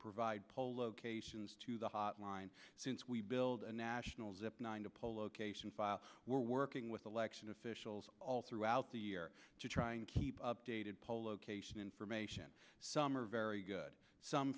provide poll locations to the hotline since we build a national zip nine to poll location file we're working with election officials all throughout the year trying to keep updated poll location information some are very good some